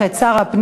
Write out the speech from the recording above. שתקבע ועדת הכנסת